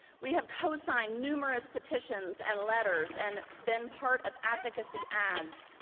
we have cosigned numerous petitions and letters, and been part of advocacy ads.